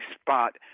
spot